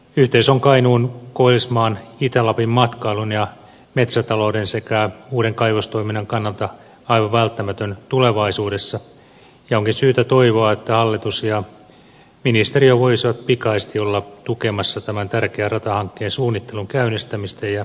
yhteys on kainuun koillismaan itä lapin matkailun ja metsätalouden sekä uuden kaivostoiminnan kannalta aivan välttämätön tulevaisuudessa ja onkin syytä toivoa että hallitus ja ministeriö voisivat pikaisesti olla tukemassa tämän tärkeän ratahankkeen suunnittelun käynnistämistä ja toteuttamista